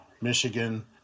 Michigan